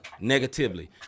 negatively